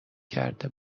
کرده